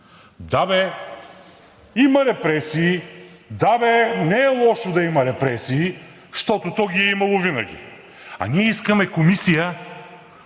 да бе, има репресии, да бе, не е лошо да има репресии, щото то ги е имало винаги! А ние искаме комисия,